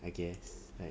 I guess like